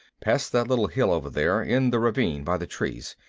past that little hill over there. in the ravine, by the trees.